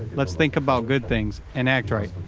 let's think about good things and act right,